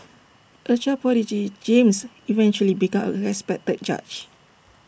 A child prodigy James eventually became A respected judge